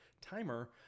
Timer